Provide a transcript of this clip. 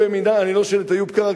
אני לא שואל את איוב קרא,